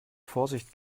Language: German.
vorsicht